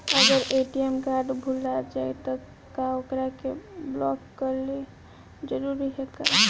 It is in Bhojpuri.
अगर ए.टी.एम कार्ड भूला जाए त का ओकरा के बलौक कैल जरूरी है का?